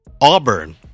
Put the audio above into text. Auburn